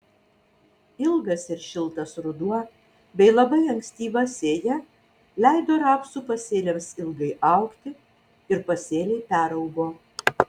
ilgas ir šiltas ruduo bei labai ankstyva sėja leido rapsų pasėliams ilgai augti ir pasėliai peraugo